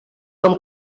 com